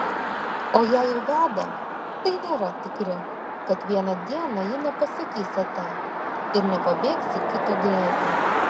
o jei jau veda tai nėra tikri kad vieną dieną ji nepasakys atia ir nepabėgs į kito glėbį